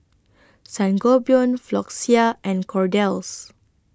Sangobion Floxia and Kordel's